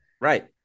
Right